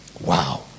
wow